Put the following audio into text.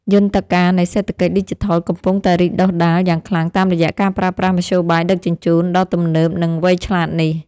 យន្តការនៃសេដ្ឋកិច្ចឌីជីថលកំពុងតែរីកដុះដាលយ៉ាងខ្លាំងតាមរយៈការប្រើប្រាស់មធ្យោបាយដឹកជញ្ជូនដ៏ទំនើបនិងវៃឆ្លាតនេះ។